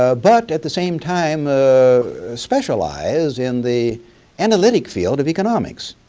ah but at the same time specialize in the analytic field of economics.